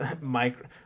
micro